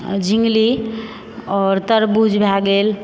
झिन्गली आओर तरबूज भए गेल